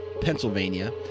Pennsylvania